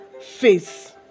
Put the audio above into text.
face